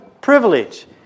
privilege